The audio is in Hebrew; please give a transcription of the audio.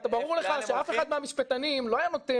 ברור לך שאף אחד מהמשפטים לא היה נותן,